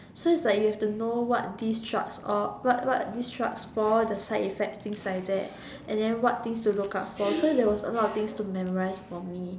so it's like you have to know what these charts of what what these charts for the side effects things like that and then what things to look out for so there was a lot of things to memorise for me